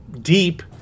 deep